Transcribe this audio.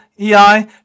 EI